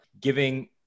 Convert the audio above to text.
giving